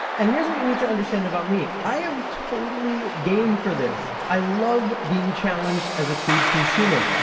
and here's what you need to understand about me i am totally game for this. i love being challenged as a food consumer.